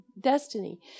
destiny